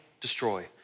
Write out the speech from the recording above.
destroy